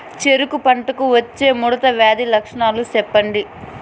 చెరుకు పంటకు వచ్చే ముడత వ్యాధి లక్షణాలు చెప్పండి?